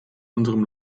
unserem